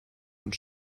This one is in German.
und